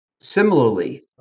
Similarly